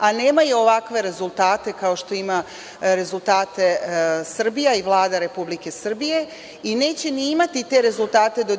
a nemaju ovakve rezultate kao što ima rezultate Srbija i Vlada Republike Srbije, i neće ni imati te rezultate do 2012.